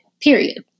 Period